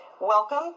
Welcome